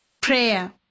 Prayer